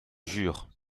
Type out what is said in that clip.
jure